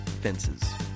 Fences